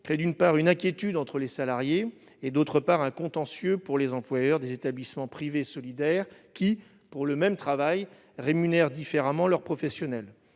crée d'une part une inquiétude entre les salariés et, d'autre part, un contentieux pour les employeurs des établissements privés solidaire qui, pour le même travail rémunère différemment leur professionnel,